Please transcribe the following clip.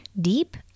deep